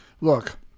Look